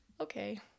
okay